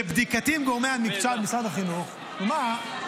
לבדיקתי עם גורמי המקצוע במשרד החינוך, נו, מה?